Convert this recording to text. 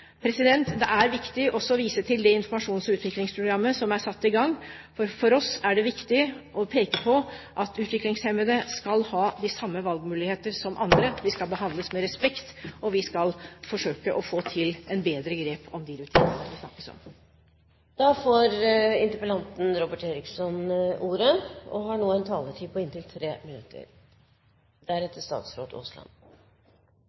Det er viktig også å vise til det informasjons- og utviklingsprogrammet som er satt i gang. For oss er det viktig å peke på at utviklingshemmede skal ha de samme valgmuligheter som andre, de skal behandles med respekt, og vi skal forsøke å få til bedre grep om de rutinene det snakkes om. La meg først takke for svaret fra statsråden. Det var en del positivt i svaret, og så var det selvfølgelig en